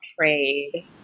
trade